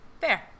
fair